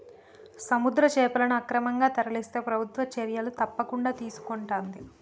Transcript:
సముద్ర చేపలను అక్రమంగా తరలిస్తే ప్రభుత్వం చర్యలు తప్పకుండా తీసుకొంటది